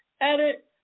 edit